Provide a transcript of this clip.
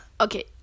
okay